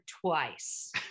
twice